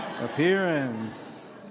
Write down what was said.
Appearance